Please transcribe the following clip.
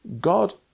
God